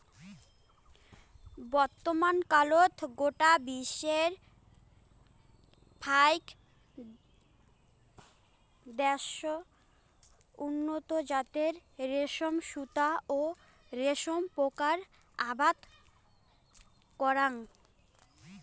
বর্তমানকালত গোটা বিশ্বর ফাইক দ্যাশ উন্নত জাতের রেশম সুতা ও রেশম পোকার আবাদ করাং